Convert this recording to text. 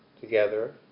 together